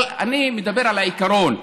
אבל אני מדבר על העיקרון.